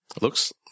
Looks